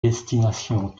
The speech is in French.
destinations